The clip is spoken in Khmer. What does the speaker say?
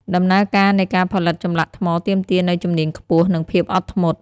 ដំណើរការនៃការផលិតចម្លាក់ថ្មទាមទារនូវជំនាញខ្ពស់ និងភាពអត់ធ្មត់។